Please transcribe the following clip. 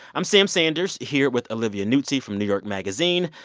i'm sam sanders, here with olivia nuzzi from new york magazine,